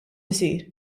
isir